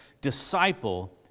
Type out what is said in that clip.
disciple